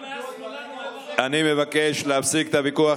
אני מבקש להפסיק את הוויכוח.